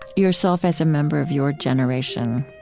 yourself as a member of your generation.